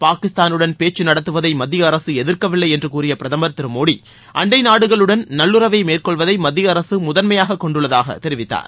பாகிஸ்தானுடன் பேச்சு நடத்துவதை மத்திய அரசு எதிர்க்கவில்லை என்று கூறிய பிரதமர் திரு மோடி அண்டை நாடுகளுடன் நவ்லுறவை மேற்கொள்வதை மத்திய அரசு முதன்மையாக கொண்டுள்ளதாக பிரதமர் தெரிவித்தார்